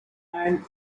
and